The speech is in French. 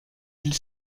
ils